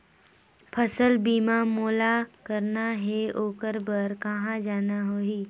फसल बीमा मोला करना हे ओकर बार कहा जाना होही?